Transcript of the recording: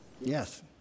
Yes